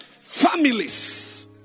families